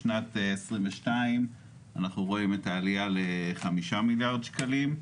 בשנת 2022 אנחנו רואים את העלייה ל-5 מיליארד שקלים,